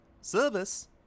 Service